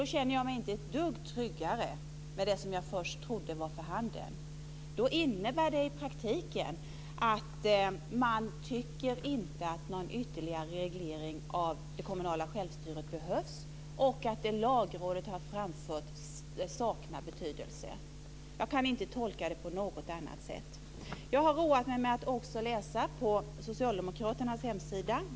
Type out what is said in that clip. Då känner jag mig inte ett dugg tryggare med det som jag först trodde var för handen. Det innebär i praktiken att man inte tycker att någon ytterligare reglering av det kommunala självstyret behövs och att det Lagrådet har framfört saknar betydelse. Jag kan inte tolka det på något annat sätt. Jag har roat mig med att läsa på Socialdemokraternas hemsida.